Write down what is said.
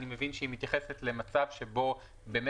אני מבין שהיא מתייחסת למצב שבו כל